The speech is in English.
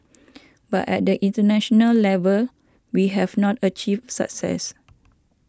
but at the international level we have not achieved success